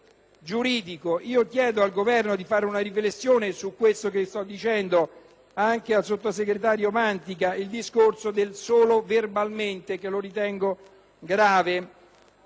Chiedo al Governo di fare una riflessione su quello che sto dicendo, anche al sottosegretario Mantica, sul discorso relativo al «verbalmente», che ritengo grave,